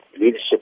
leadership